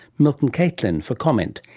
milton catelin for comment.